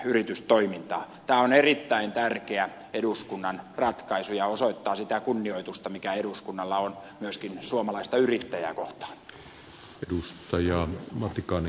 tämä on erittäin tärkeä eduskunnan ratkaisu ja osoittaa sitä kunnioitusta mikä eduskunnalla on myöskin suomalaista yrittäjää kohtaan